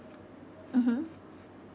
mmhmm